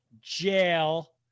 jail